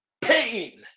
pain